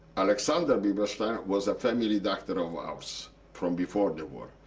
alexander biberstein was a family doctor of ours from before the war.